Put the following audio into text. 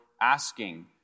asking